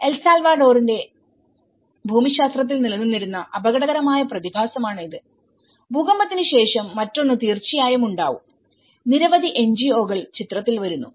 L സാൽവഡോറിന്റെ ഭൂമിശാസ്ത്രത്തിൽ നിലനിന്നിരുന്ന അപകടകരമായ പ്രതിഭാസമാണ് ഇത് ഭൂകമ്പത്തിന് ശേഷം മറ്റൊന്ന് തീർച്ചയായും ഉണ്ടാവും നിരവധി എൻജിഒകൾ ചിത്രത്തിൽ വരുന്നു